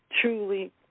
truly